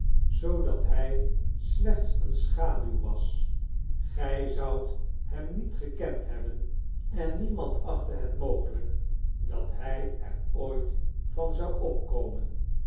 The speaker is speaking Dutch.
zoodat hy slechts een schaduw was gij zoudt hem niet gekend hebben en demand achtte het mogelyk dat hy er ooit van zou opkomen